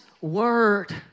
word